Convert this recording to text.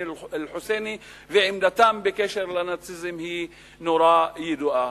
אל-חוסייני ועמדתם בקשר לנאציזם היא נורא ידועה.